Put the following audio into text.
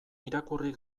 irakurri